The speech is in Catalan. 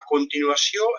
continuació